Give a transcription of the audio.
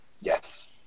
Yes